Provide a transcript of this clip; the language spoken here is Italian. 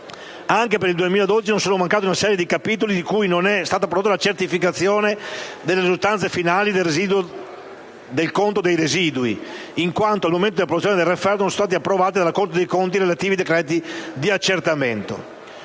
Anche per il 2012 non è mancata una serie di capitoli di cui non è stata prodotta la certificazione delle risultanze finali del conto dei residui, in quanto al momento dell'approvazione del referto non sono stati approvati dalla Corte dei conti i relativi decreti di accertamento.